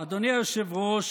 אדוני היושב-ראש,